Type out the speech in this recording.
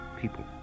People